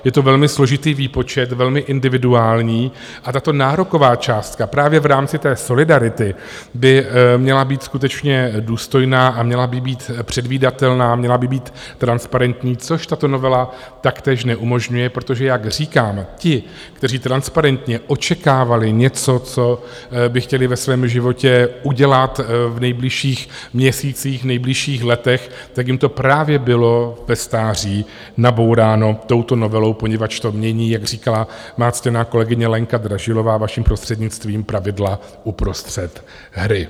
Je to velmi složitý výpočet, velmi individuální a tato nároková částka právě v rámci solidarity by měla být skutečně důstojná, měla by být předvídatelná a měla by být transparentní, což tato novela taktéž neumožňuje, protože jak říkám, ti, kteří transparentně očekávali něco, co by chtěli ve svém životě udělat v nejbližších měsících, nejbližších letech, tak jim to právě bylo ve stáří nabouráno touto novelou, poněvadž to mění, jak říkala má ctěná kolegyně Lenka Dražilová, vaším prostřednictvím, pravidla uprostřed hry.